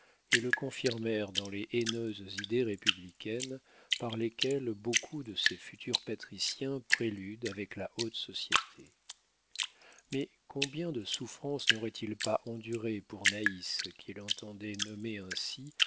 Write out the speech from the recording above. et le confirmèrent dans les haineuses idées républicaines par lesquelles beaucoup de ces futurs patriciens préludent avec la haute société mais combien de souffrances n'aurait-il pas endurées pour naïs qu'il entendait nommer ainsi